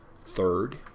third